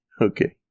okay